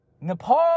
Nepal